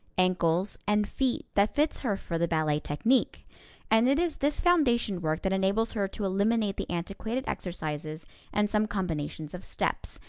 ankles and feet that fits her for the ballet technique and it is this foundation work that enables her to eliminate the antiquated exercises and some combinations of steps,